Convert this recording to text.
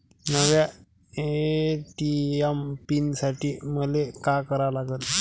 नव्या ATM pin साठी मले का करा लागन?